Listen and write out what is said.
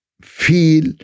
feel